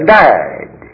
died